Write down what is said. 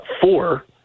four